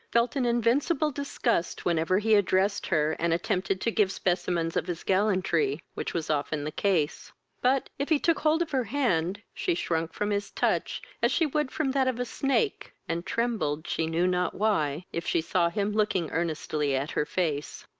felt an invincible disgust whenever he addressed her, and attempted to give specimens of his gallantry, which was often the case but, if he took hold of her hand, she shrunk from his touch as she would from that of a snake, and trembled, she knew not why, if she saw him looking earnestly at her face.